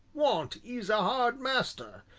want is a hard master,